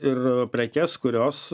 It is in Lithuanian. ir prekes kurios